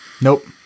Nope